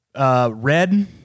Red